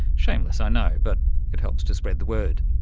shameless, i know, but it helps to spread the word.